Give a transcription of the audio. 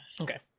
Okay